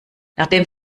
nachdem